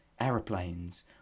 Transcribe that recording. aeroplanes